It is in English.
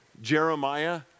Jeremiah